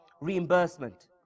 reimbursement